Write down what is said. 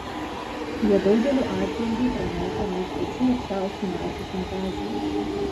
jie daugeliu atžvilgių pranoko net pačių aršiausių nacių fantazijas